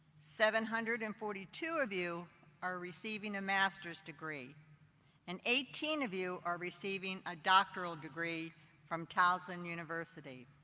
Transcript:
seven hundred and forty two of you are receiving a master's degree and eighteen of you are receiving a doctoral degree from towson university.